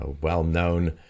well-known